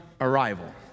arrival